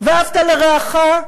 ואהבת לרעך.